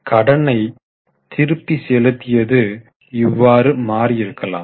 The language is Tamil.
கடனை திருப்பி செலுத்தியது இவ்வாறு மாறி இருக்கலாம்